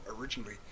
originally